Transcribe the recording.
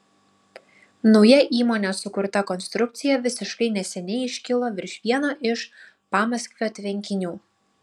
nauja įmonės sukurta konstrukcija visiškai neseniai iškilo virš vieno iš pamaskvio tvenkinių